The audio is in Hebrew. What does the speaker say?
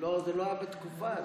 אבל זה לא היה בתקופה הזאת.